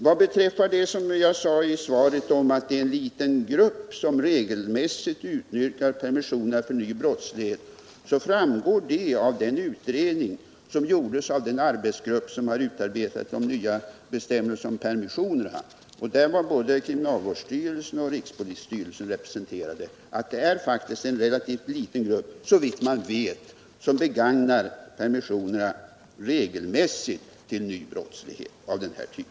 Vad beträffar yttrandet i mitt svar att en liten grupp regelmässigt utnyttjar permissionerna för ny brottslighet framgår det av den utredning som gjordes av den arbetsgrupp som har utformat de nya bestämmelserna om permissionerna att så är fallet. Där var både kriminalvårdsstyrelsen och rikspolisstyrelsen representerade. Det är faktiskt såvitt man vet en relativt liten grupp som begagnar permissionerna regelmässigt för ny brottslighet av denna typ.